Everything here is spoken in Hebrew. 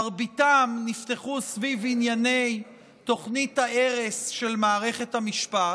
מרביתם נפתחו סביב ענייני תוכנית ההרס של מערכת המשפט,